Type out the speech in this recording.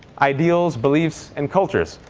ideals, beliefs, and cultures.